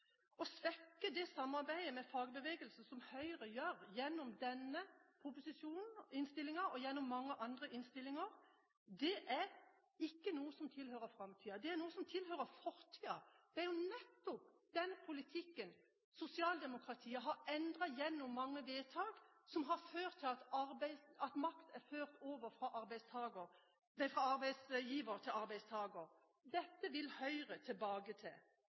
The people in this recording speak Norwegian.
Å svekke det samarbeidet med fagbevegelsen som Høyre gjør gjennom denne innstillingen og gjennom mange andre innstillinger, er ikke noe som tilhører framtida, det er noe som tilhører fortida. Det er nettopp den politikken sosialdemokratiet har endret gjennom mange vedtak som har ført til at makt er ført over fra arbeidsgiver til arbeidstaker. Dette vil Høyre tilbakeføre. Noen tror «mer til